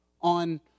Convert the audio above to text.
on